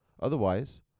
Otherwise